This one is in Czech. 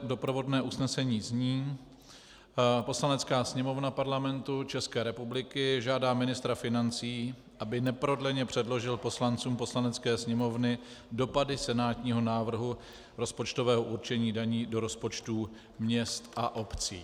Doprovodné usnesení zní: Poslanecká sněmovna Parlamentu ČR žádá ministra financí, aby neprodleně předložil poslancům Poslanecké sněmovny dopady senátního návrhu rozpočtového určení daní do rozpočtů měst a obcí.